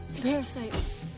Parasite